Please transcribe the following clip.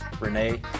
Renee